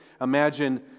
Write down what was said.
Imagine